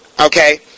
Okay